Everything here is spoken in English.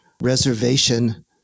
reservation